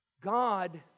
God